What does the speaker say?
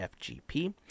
FGP